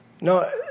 no